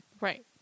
right